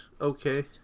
okay